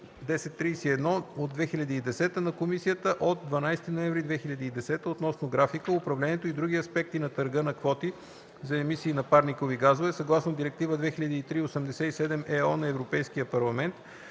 1031/2010 на Комисията от 12 ноември 2010 г. относно графика, управлението и други аспекти на търга на квоти за емисии на парникови газове съгласно Директива 2003/87/ЕО на Европейския парламент